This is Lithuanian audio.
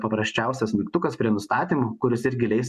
paprasčiausias mygtukas prie nustatymų kuris irgi leis